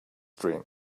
dream